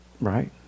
Right